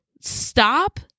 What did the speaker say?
Stop